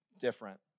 different